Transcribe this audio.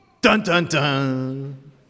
Dun-dun-dun